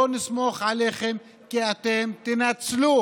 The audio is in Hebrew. לא נסמוך עליכם, כי אתם תנצלו